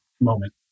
moment